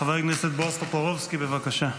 חבר הכנסת בועז טופורובסקי, בבקשה.